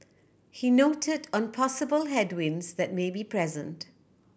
he noted on possible headwinds that may be present